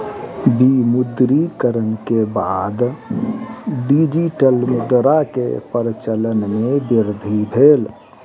विमुद्रीकरण के बाद डिजिटल मुद्रा के प्रचलन मे वृद्धि भेल